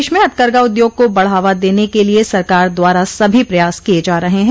प्रदेश में हथकरघा उद्योग को बढ़ावा देने के लिये सरकार द्वारा सभी प्रयास किये जा रहे हैं